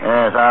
Yes